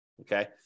okay